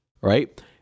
right